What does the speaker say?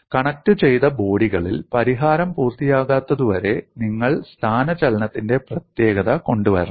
കണക്റ്റുചെയ്ത ബോഡികളിൽ പരിഹാരം പൂർത്തിയാകാത്തതുവരെ നിങ്ങൾ സ്ഥാനചലനത്തിന്റെ പ്രത്യേകത കൊണ്ടുവരണം